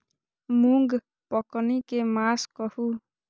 मूँग पकनी के मास कहू?